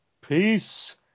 Peace